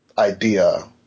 Idea